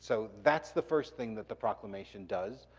so that's the first thing that the proclamation does.